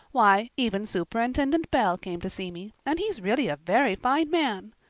why, even superintendent bell came to see me, and he's really a very fine man.